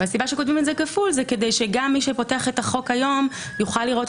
הסיבה שכותבים את זה כפול זה כדי שגם מי שפותח היום את החוק יוכל לראות